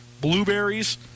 blueberries